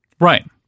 right